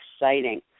exciting